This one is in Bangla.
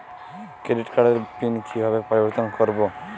ক্রেডিট কার্ডের পিন কিভাবে পরিবর্তন করবো?